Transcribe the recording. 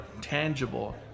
tangible